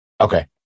Okay